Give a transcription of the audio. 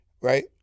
right